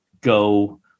go